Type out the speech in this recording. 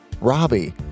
Robbie